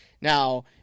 Now